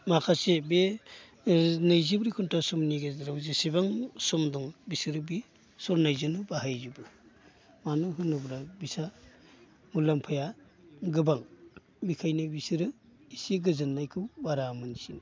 माखासे बे नैजिब्रै घन्टा समनि गेजेराव जेसेबां सम दं बिसोरो बे सरनायजोंनो बाहायजोबो मानो होनोब्ला बिसा मुलाम्फाया गोबां बिखायनो बिसोरो एसे गोजोननायखौ बारा मोनसिनो